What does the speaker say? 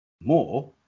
more